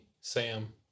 Sam